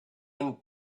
and